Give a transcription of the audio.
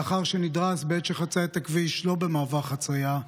לאחר שנדרס בעת שחצה את הכביש לא במעבר חציה,